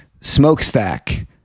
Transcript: smokestack